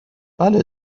بله